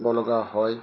ব লগা হয়